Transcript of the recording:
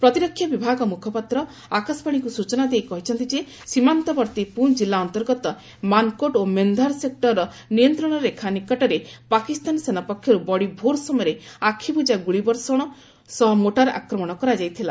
ପ୍ରତିରକ୍ଷା ବିଭାଗ ମୁଖପାତ୍ର ଆକାଶବାଣୀକୁ ସୂଚନା ଦେଇ କହିଛନ୍ତି ଯେ ସୀମାନ୍ତବର୍ତ୍ତୀ ପୁଞ୍ଚ କିଲ୍ଲା ଅନ୍ତର୍ଗତ ମାନ୍କୋଟ୍ ଓ ମେନ୍ଧାର ସେକ୍ଟରର ନିୟନ୍ତ୍ରଣରେଖା ନିକଟରେ ପାକିସ୍ତାନ ସେନା ପକ୍ଷରୁ ବଡି ଭୋର୍ ସମୟରେ ଆଖିବୁଜା ମୋର୍ଟାର ଆକ୍ରମଣ କରାଯାଇଥିଲା